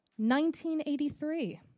1983